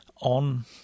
on